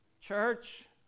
church